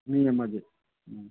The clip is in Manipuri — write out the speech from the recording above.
ꯃꯤ ꯑꯃꯒꯤ